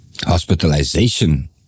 hospitalization